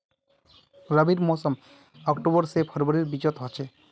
रविर मोसम अक्टूबर से फरवरीर बिचोत होचे